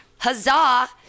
Huzzah